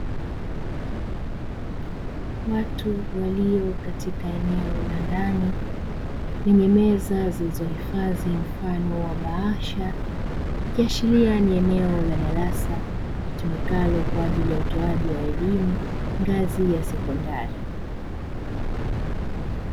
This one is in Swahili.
Watu walio katika eneo la ndani lenye meza zilizohifadhi mfano wa bahasha, ikiashiria ni eneo la darasa litumikalo kwaajili ya utoaji wa elimu ngazi ya sekondari.